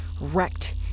wrecked